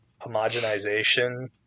homogenization